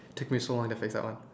take me so long to fix that one